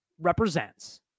represents